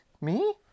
Me